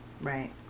Right